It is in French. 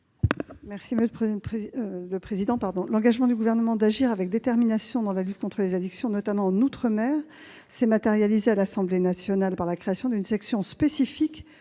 Mme la ministre. L'engagement du Gouvernement d'agir avec détermination dans la lutte contre les addictions outre-mer s'est matérialisé à l'Assemblée nationale par la création d'une section spécifique